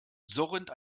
surrend